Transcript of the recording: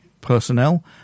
personnel